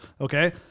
okay